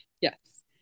yes